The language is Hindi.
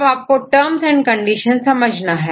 अब आपको टर्म्स एंड कंडीशन समझना है